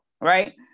right